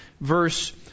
verse